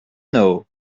know